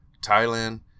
Thailand